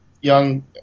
young